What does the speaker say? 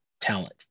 talent